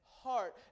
heart